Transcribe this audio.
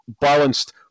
balanced